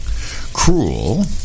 Cruel